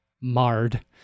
marred